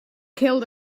killed